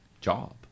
job